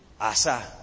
asa